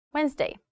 Wednesday